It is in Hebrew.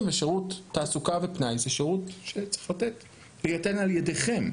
ושירות התעסוקה ופנאי זה שירות שצריך להינתן על ידיכם.